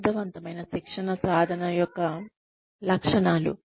సమర్థవంతమైన శిక్షణ సాధన యొక్క లక్షణాలు